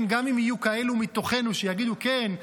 גם אם יהיו כאלה מתוכנו שיגידו: כן,